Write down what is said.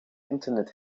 internet